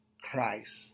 Christ